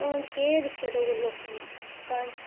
उ'न केह् दिक्खेआ डोगरी लोकें दी क्हानी